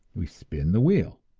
we spin the wheel,